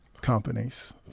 companies